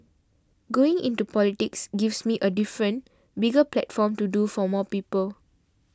going into politics gives me a different bigger platform to do for more people